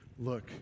look